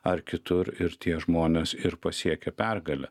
ar kitur ir tie žmonės ir pasiekė pergalę